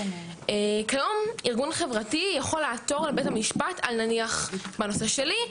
כיום ארגון חברתי יכול לעתור לבית המשפט על נניח בנושא שלי,